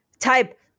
Type